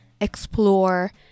explore